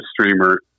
streamer